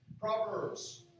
Proverbs